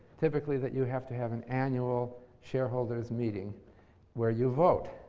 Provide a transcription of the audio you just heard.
typically that you have to have an annual shareholders meeting where you vote.